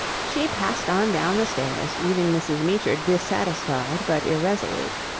she passed on down the stairs, leaving mrs. meecher dissatisfied but irresolute.